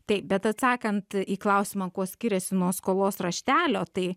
taip bet atsakant į klausimą kuo skiriasi nuo skolos raštelio tai